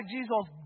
Jesus